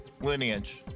Lineage